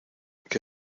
que